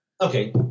Okay